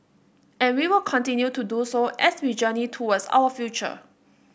and we will continue to do so as we journey towards our future